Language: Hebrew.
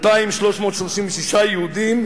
2,336 יהודים,